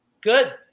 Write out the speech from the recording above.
Good